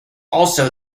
also